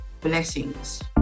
Blessings